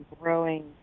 growing